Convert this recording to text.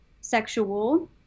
sexual